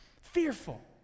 fearful